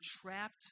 trapped